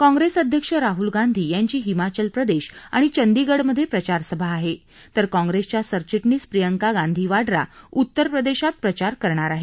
काँप्रेस अध्यक्ष राहूल गांधी यांची हिमाचल प्रदेश आणि चंदीगढमधे प्रचारसभा आहे तर काँप्रेसच्या सरचिटणीस प्रियंका गांधी वाड्रा उत्तर प्रदेशात प्रचार करणार आहेत